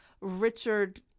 Richard